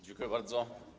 Dziękuję bardzo.